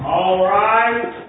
all right